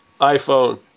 iPhone